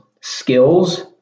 skills